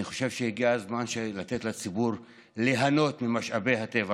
אני חושב שהגיע הזמן לתת לציבור ליהנות ממשאבי הטבע,